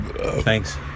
Thanks